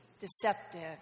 deceptive